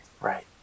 Right